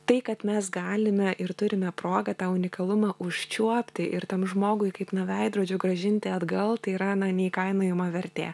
tai kad mes galime ir turime progą tą unikalumą užčiuopti ir tam žmogui kaip na veidrodžiu grąžinti atgal tai yra na neįkainojama vertė